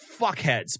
fuckheads